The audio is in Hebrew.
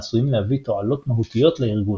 העשויים להביא תועלות מהותיות לארגון.